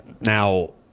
Now